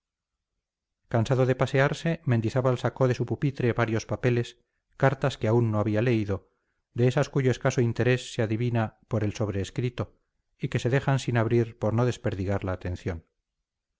cansado de pasearse mendizábal sacó de su pupitre varios papeles cartas que aún no había leído de esas cuyo escaso interés se adivina por el sobrescrito y que se dejan sin abrir por no desperdigar la atención